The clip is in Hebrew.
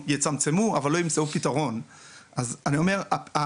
יצמצמו אבל לא יימצא לזה פתרון.